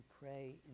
pray